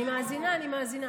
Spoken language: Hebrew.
אני מאזינה, אני מאזינה.